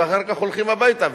ואחר כך הולכים הביתה.